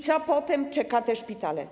Co potem czeka te szpitale?